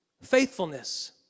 faithfulness